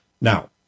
Now